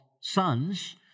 sons